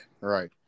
Right